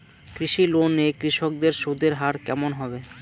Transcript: কৃষি লোন এ কৃষকদের সুদের হার কেমন হবে?